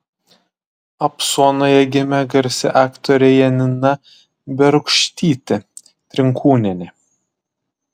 apsuonoje gimė garsi aktorė janina berūkštytė trinkūnienė